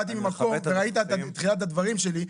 ראית את תחילת הדברים שלי,